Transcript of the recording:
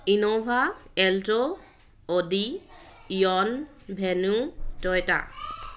Innova alto Audi eon venue Toyota